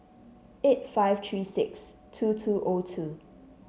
eight five three six two two O two